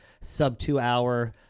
sub-two-hour